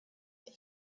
that